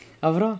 overall